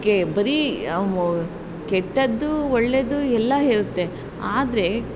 K ಬರೀ ಕೆಟ್ಟದ್ದೂ ಒಳ್ಳೆಯದ್ದು ಎಲ್ಲ ಇರುತ್ತೆ ಆದರೆ